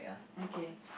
okay